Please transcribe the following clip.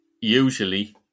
Usually